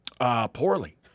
Poorly